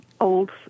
old